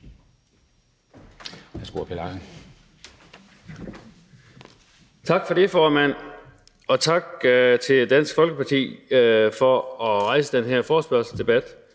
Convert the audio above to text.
Tak for det, formand. Tak til Dansk Folkeparti for at rejse den her debat.